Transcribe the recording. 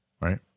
right